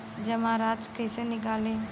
जमा राशि कइसे निकली?